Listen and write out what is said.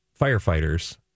firefighters